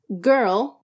Girl